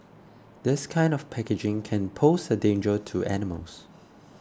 this kind of packaging can pose a danger to animals